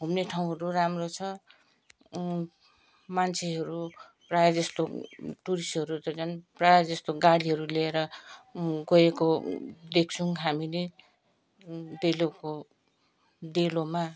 घुम्ने ठाउँहरू राम्रो छ मान्छेहरू प्रायःजस्तो टुरिस्टहरू त झन् प्रायःजस्तो गाडीहरू लिएर गएको देख्छौँ हामीले डेलोको डेलोमा